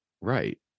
Right